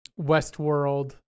Westworld